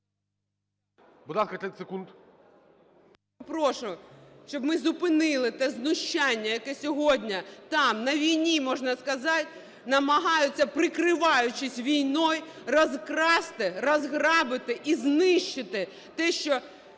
Прошу, щоб ми зупинили те знущання, яке сьогодні там, на війні, можна сказати, намагаються, прикриваючись війною, розкрасти, розграбити і знищити те, що